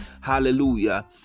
hallelujah